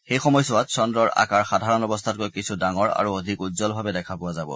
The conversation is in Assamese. সেই সময়ছোৱাত চন্দ্ৰৰ আকাৰ সাধাৰণ অৱস্থাতকৈ কিছু ডাঙৰ আৰু অধিক উজ্জ্বলভাৱে দেখা পোৱা যাব